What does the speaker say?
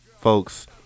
folks